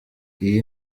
iyi